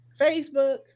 Facebook